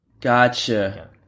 Gotcha